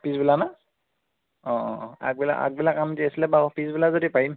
পিছবেলানে অ আগবেলা আগবেলা কাম এটি আছিলে বাৰু পিছবেলা যদি পাৰিম